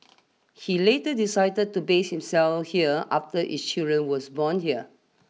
he later decided to base himself here after is children were born here